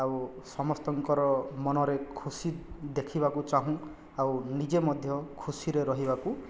ଆଉ ସମସ୍ତଙ୍କର ମନରେ ଖୁସି ଦେଖିବାକୁ ଚାହୁଁ ଆଉ ନିଜେ ମଧ୍ୟ ଖୁସିରେ ରହିବାକୁ